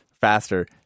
faster